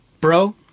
bro